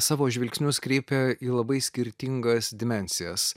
savo žvilgsnius kreipia į labai skirtingas dimensijas